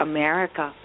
America